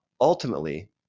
Ultimately